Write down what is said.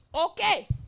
Okay